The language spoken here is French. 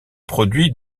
produits